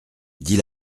dit